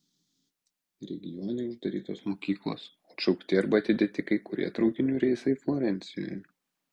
regione uždarytos mokyklos atšaukti arba atidėti kai kurie traukinių reisai florencijoje